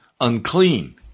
unclean